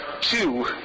two